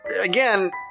again